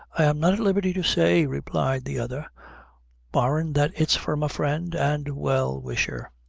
i'm not at liberty to say, replied the other barrin' that it's from a friend and well-wisher.